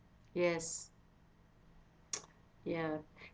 yes ya